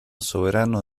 soberano